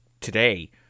today